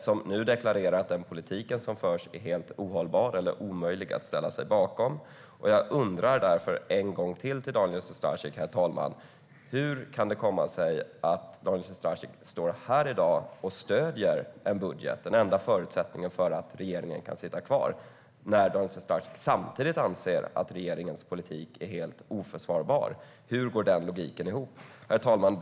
Hans parti deklarerar nu att den politik som förs är helt ohållbar och omöjlig att ställa sig bakom. Jag frågar därför Daniel Sestrajcic än en gång: Hur kan det komma sig att Daniel Sestrajcic står här i dag och stöder en budget - den enda förutsättningen för att regeringen kan sitta kvar - när han samtidigt anser att regeringens politik är helt oförsvarbar? Hur går den logiken ihop? Herr talman!